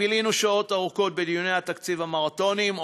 בילינו שעות ארוכות בדיוני התקציב המרתוניים,